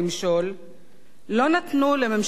לא נתנו לממשלת רבין למשול,